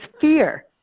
fear